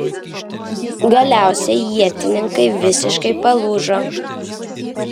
galiausiai ietininkai visiškai palūžo